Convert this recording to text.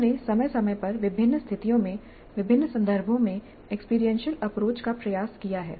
लोगों ने समय समय पर विभिन्न स्थितियों में विभिन्न संदर्भों में एक्सपीरियंशियल अप्रोच का प्रयास किया है